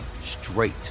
straight